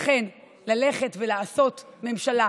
לכן ללכת ולעשות ממשלה